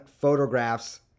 photographs